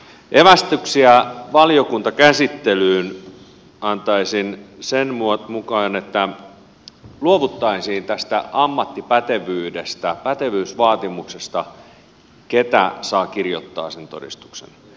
evästyksiä valiokuntakäsittelyyn antaisin sen mukaan että luovuttaisiin tästä ammattipätevyysvaatimuksesta kuka saa kirjoittaa sen todistuksen